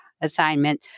assignment